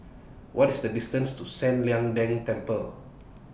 What IS The distance to San Lian Deng Temple